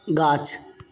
गाछ